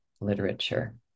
literature